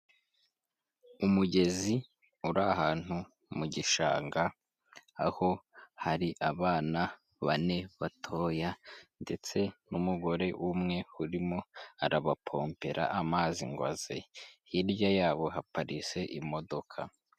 Umugezi uri ahantu mu gishanga aho hari abana bane batoya ndetse n'umugore umwe urimo arabapompera amazi ngo aze, hirya yabo haparitse imodoka.